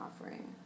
offering